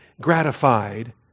gratified